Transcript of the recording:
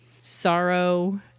sorrow